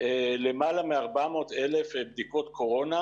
למעלה מ-400,000 בדיקות קורונה,